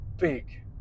big